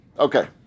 Okay